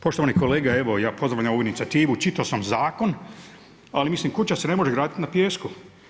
Poštovani kolege, evo ja pozdravljam ovu inicijativu, čitao sam zakon, ali mislim, kuća se ne može graditi na pijesku.